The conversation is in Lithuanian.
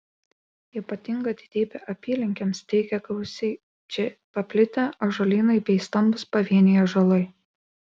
ypatingą didybę apylinkėms teikia gausiai čia paplitę ąžuolynai bei stambūs pavieniai ąžuolai